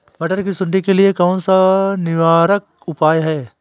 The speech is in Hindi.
मटर की सुंडी के लिए कौन सा निवारक उपाय है?